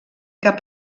cap